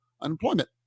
unemployment